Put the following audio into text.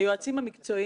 הבלתי מוכתרת,